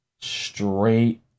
Straight